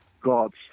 God's